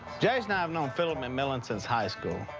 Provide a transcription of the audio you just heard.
jase and i have known phillip mcmillan since high school.